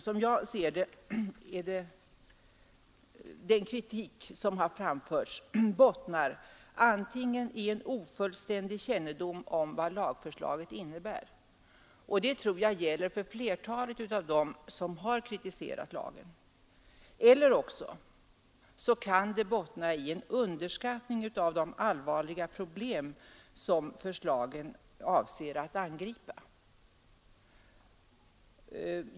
Som jag ser det bottnar den kritik som framförts antingen i en ofullständig kännedom om vad lagförslaget innebär, och det tror jag gäller för flertalet av dem som har kritiserat lagen, eller i en underskattning av de allvarliga problem som förslaget avser att angripa.